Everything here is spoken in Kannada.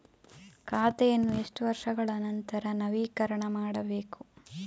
ಖಾತೆಯನ್ನು ಎಷ್ಟು ವರ್ಷಗಳ ನಂತರ ನವೀಕರಣ ಮಾಡಬೇಕು?